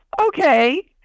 Okay